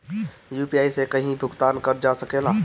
UPI से कहीं भी भुगतान कर जा सकेला?